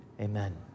Amen